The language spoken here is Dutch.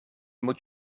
moet